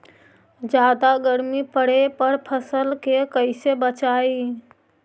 जादा गर्मी पड़े पर फसल के कैसे बचाई?